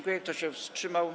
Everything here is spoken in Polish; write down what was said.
Kto się wstrzymał?